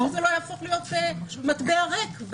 אני לא ------ שזה לא יהפוך להיות מטבע ריק.